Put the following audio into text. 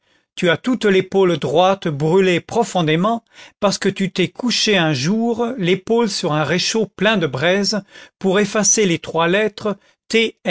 tu as toute l'épaule droite brûlée profondément parce que tu t'es couché un jour l'épaule sur un réchaud plein de braise pour effacer les trois lettres